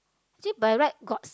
actually by right got